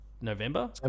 November